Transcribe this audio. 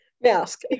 Mask